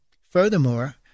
Furthermore